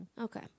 Okay